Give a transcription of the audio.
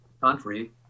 country